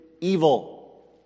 evil